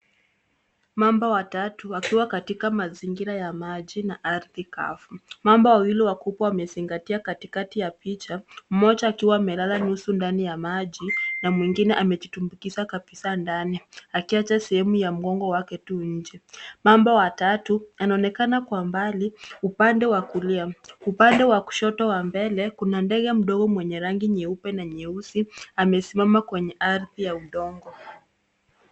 Mamba watatu wako katika mazingira ya mchanganyiko wa maji na ardhi. Mamba wa kwanza yuko katikati ya picha, akiwa nusu ndani ya maji, wakati mwingine akitumbukia haraka ndani ya maji, akionyesha mwonekano wa mwili wake. Mamba wa tatu anaonekana kwa mbali upande wa kulia. Upande wa kushoto mbele, kuna mdovu mwenye rangi nyeupe na nyeusi, akiwa amesimama kwenye ardhi yenye udongo.